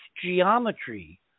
geometry